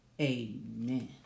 Amen